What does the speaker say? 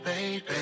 baby